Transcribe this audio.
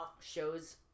Shows